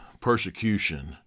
persecution